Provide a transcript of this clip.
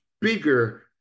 bigger